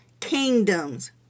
kingdoms